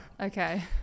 okay